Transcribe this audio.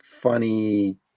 funny